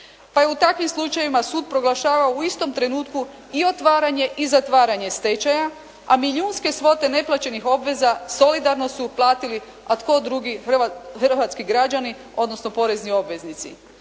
pa je u takvim slučajevima sud proglašavao u istom trenutku i otvaranje i zatvaranje stečaja, a milijunske svote neplaćenih obveza solidarno su platili, a tko drugi, hrvatski građani, odnosno porezni obveznici